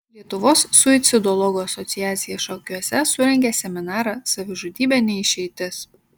lietuvos suicidologų asociacija šakiuose surengė seminarą savižudybė ne išeitis